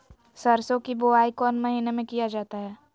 सरसो की बोआई कौन महीने में किया जाता है?